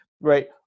right